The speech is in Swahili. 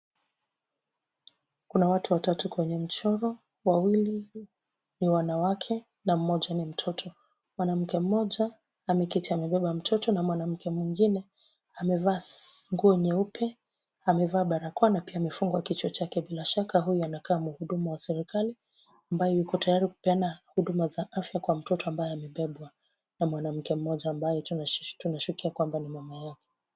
Kuna watu watatu kwenye mchoro, wawili, ni wanawake na mmoja ni mtoto. Mwanamke mmoja, ameketi amebeba mtoto na mwanamke mwingine, amevaa nguo nyeupe, amevaa barakoa na pia amefungwa kichwa chake bila shaka huyu anakaa mhudumu wa serikali ambaye yuko tayari kupeana huduma za afya kwa mtoto ambaye amebebwa na mwanamke mmoja ambaye tunashukia kwamba ni mama yake.